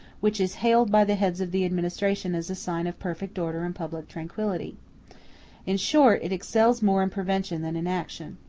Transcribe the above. which is hailed by the heads of the administration as a sign of perfect order and public tranquillity in short, it excels more in prevention than in action.